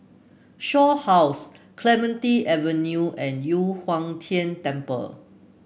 Shaw House Clementi Avenue and Yu Huang Tian Temple